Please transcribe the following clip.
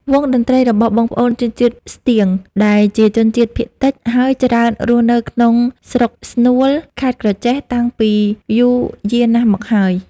វង់តន្ដ្រីរបស់បងប្អូនជនជាតិស្ទៀង ដែលជាជនជាតិភាគតិច ហើយច្រើនរស់នៅក្នុងស្រុកស្នួល ខេត្ដក្រចេះតាំងពីយូរយាណាស់មកហើយ។